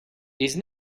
these